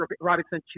Robinson